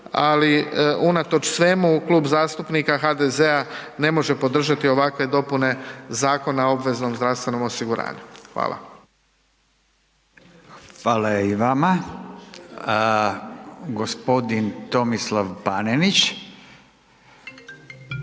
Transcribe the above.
ali unatoč svemu, Klub zastupnika HDZ-a ne može podržati ovakve dopune Zakona o obveznom zdravstvenom osiguranju. Hvala. **Radin, Furio (Nezavisni)**